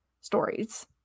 stories